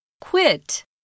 quit